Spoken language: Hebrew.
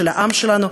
של העם שלנו,